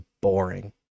boring